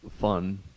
fun